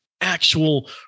actual